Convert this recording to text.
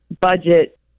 budget